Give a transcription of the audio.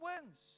wins